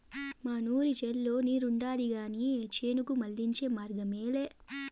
మనూరి చెర్లో నీరుండాది కానీ చేనుకు మళ్ళించే మార్గమేలే